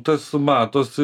tas matosi